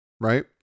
right